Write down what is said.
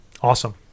Awesome